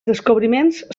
descobriments